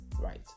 right